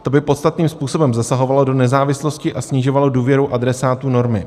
To by podstatným způsobem zasahovalo do nezávislosti a snižovalo důvěru adresátů normy.